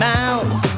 Mouse